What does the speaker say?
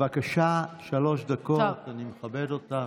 בבקשה, שלוש דקות, אני מכבד אותך.